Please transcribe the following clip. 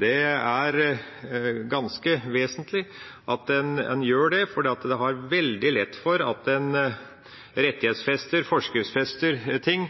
Det er ganske vesentlig at en gjør det, fordi en har veldig lett for at en rettighetsfester, forskriftsfester, ting